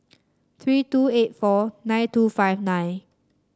three two eight four nine two five nine